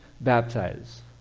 baptize